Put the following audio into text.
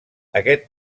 aquest